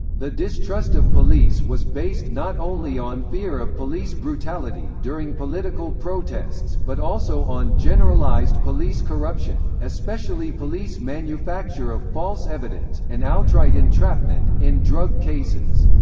the distrust of police was based not only on fear of police brutality during political protests, but also on generalized police corruption especially police manufacture of false evidence, and outright entrapment, in drug cases.